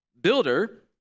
builder